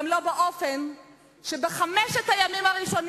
גם לא באופן שבו בחמשת הימים הראשונים